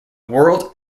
world